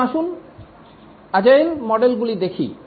এখন আসুন আজেইল মডেলগুলি দেখি